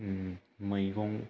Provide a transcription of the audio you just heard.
मैगं